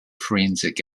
forensic